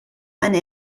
eine